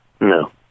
No